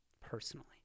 personally